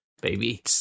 baby